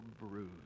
bruise